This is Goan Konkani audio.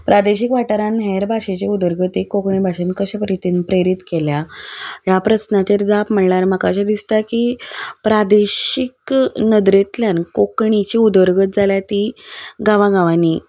प्रादेशीक वाठारान हेर भाशेची उदरगत ही कोंकणी भाशेन कशें रितीन प्रेरीत केल्या ह्या प्रस्नाचेर जाप म्हणल्यार म्हाका अशें दिसता की प्रादेशीक नदरेंतल्यान कोंकणीची उदरगत जाल्यार ती गांवां गांवांनी